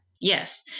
Yes